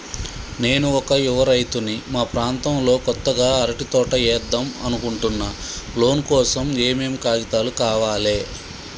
నేను ఒక యువ రైతుని మా ప్రాంతంలో కొత్తగా అరటి తోట ఏద్దం అనుకుంటున్నా లోన్ కోసం ఏం ఏం కాగితాలు కావాలే?